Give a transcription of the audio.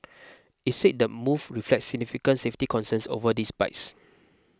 it said the move reflects significant safety concerns over these bikes